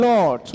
Lord